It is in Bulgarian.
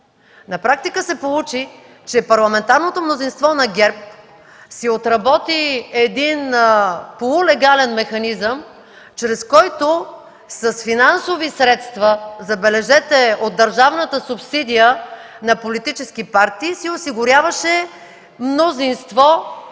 На практика се получи, че парламентарното мнозинство на ГЕРБ си отработи един полулегален механизъм, чрез който с финансови средства, забележете, от държавната субсидия на политически партии си осигуряваше мнозинство в